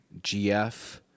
GF